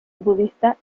budista